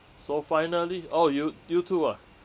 so finally oh you you too ah